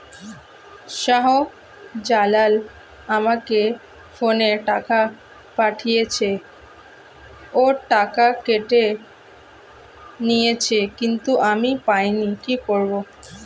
শাহ্জালাল আমাকে ফোনে টাকা পাঠিয়েছে, ওর টাকা কেটে নিয়েছে কিন্তু আমি পাইনি, কি করব?